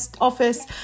office